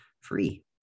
free